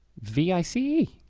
v i c e.